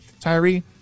Tyree